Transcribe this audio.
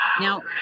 Now